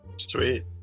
Sweet